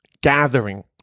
gathering